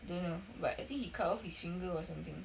don't know but I think he cut off his finger or something